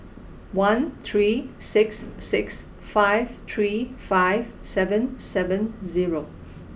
one three six six five three five seven seven zero